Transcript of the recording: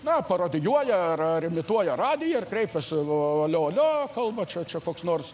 na parodijuoja ar ar imituoja radiją ir kreipiasi alio alio kalba čia čia koks nors